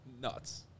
nuts